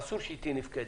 אסור שהיה תהיה נפקדת.